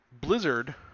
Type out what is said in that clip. Blizzard